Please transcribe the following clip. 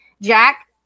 Jack